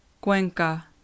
Cuenca